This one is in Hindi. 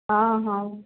हाँ हाँ